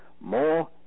more